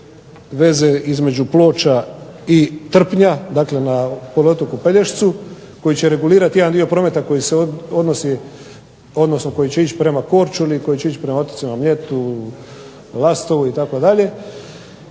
veze između Ploča i Trpnja, dakle na poluotoku Pelješcu koji će regulirat jedan dio prometa koji će ići prema Korčuli i koji će ići prema otocima Mljetu, Lastovu itd.